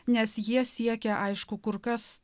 nes jie siekia aišku kur kas